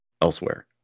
elsewhere